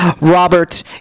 Robert